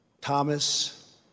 Thomas